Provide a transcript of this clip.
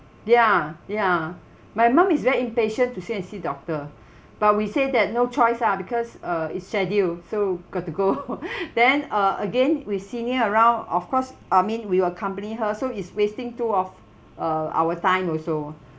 ya ya my mum is very impatient to sit and see doctor but we say that no choice ah because uh it's scheduled so got to go then uh again with senior around of course I mean we will accompany her so it's wasting two of uh our time also